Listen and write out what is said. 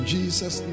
Jesus